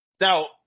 Now